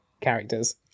characters